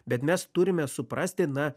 bet mes turime suprasti na